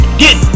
get